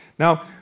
Now